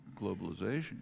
globalization